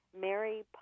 Mary